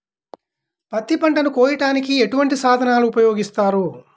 పత్తి పంటను కోయటానికి ఎటువంటి సాధనలు ఉపయోగిస్తారు?